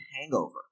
hangover